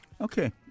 Okay